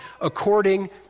according